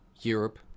Europe